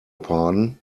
pardon